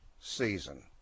season